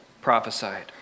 prophesied